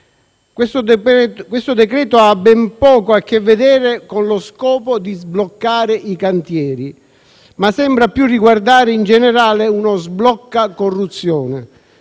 Questo decreto-legge ha ben poco a che vedere con lo scopo di sbloccare i cantieri, ma sembra più riguardare in generale uno sblocca corruzione,